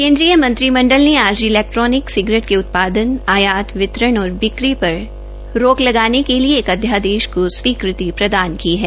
केन्द्रीय मंत्रिमंडल ने आज इलैक्ट्रोनिक सिगरेट के उत्पादन आयात वितरण और बिक्री पर रोक लगाने के लिए एक अध्यादेश की स्वीकृत प्रदान की है